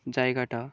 জায়গাটা